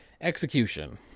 Execution